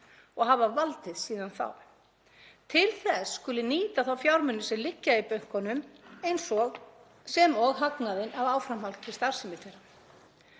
og hafa valdið síðan þá. Til þess skuli nýta þá fjármuni sem liggja í bönkunum sem og hagnaðinn af áframhaldandi starfsemi þeirra.